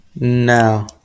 No